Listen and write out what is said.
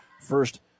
first